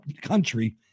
country